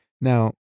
Now